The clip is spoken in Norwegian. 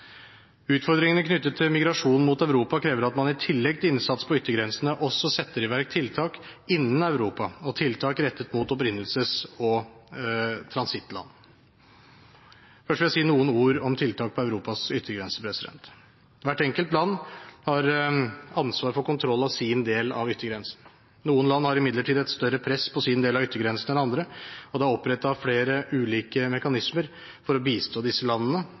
Utfordringene knyttet til migrasjon mot Europa krever at man i tillegg til innsats på yttergrensene, også setter i verk tiltak innen Europa og tiltak rettet mot opprinnelses- og transittland. Først vil jeg si noen ord om tiltak på Europas yttergrense. Hvert enkelt land har ansvar for kontroll av sin del av yttergrensen. Noen land har imidlertid et større press på sin del av yttergrensen enn andre, og det er opprettet flere ulike mekanismer for å bistå disse landene